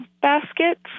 baskets